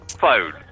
phone